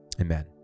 Amen